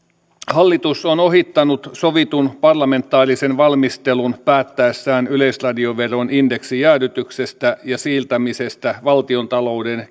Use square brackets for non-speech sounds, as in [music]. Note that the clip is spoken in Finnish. hallitus on ohittanut sovitun parlamentaarisen valmistelun päättäessään yleisradioveron indeksijäädytyksestä ja siirtämisestä valtiontalouden [unintelligible]